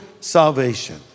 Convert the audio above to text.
salvation